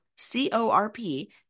C-O-R-P